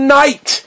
night